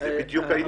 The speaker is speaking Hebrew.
זה בדיוק העניין.